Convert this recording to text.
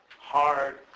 hard